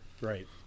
right